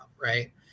Right